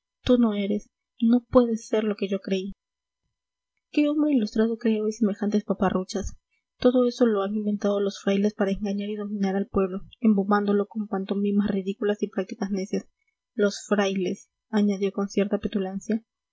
tú no eres no puedes ser lo que yo creí qué hombre ilustrado cree hoy semejantes paparruchas todo eso lo han inventado los frailes para engañar y dominar al pueblo embobándolo con pantomimas ridículas y prácticas necias los frailes añadió con cierta petulancia